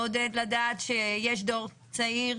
מעודד לדעת שיש דור צעיר,